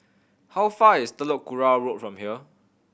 how far is Telok Kurau Road from here